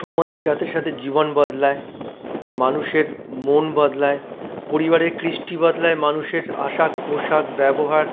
সময়ের সাথে সাথে জীবন বদলায় মানুষের মন বদলায় পরিবারের কৃষ্টি বদলায় মানুষের আশাক পোশাক ব্যবহার